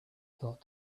thought